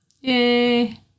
Yay